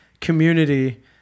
community